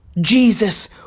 Jesus